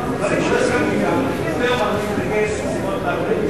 דברים שלא הסכמת אתם, למה להסתבך?